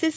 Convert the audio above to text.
S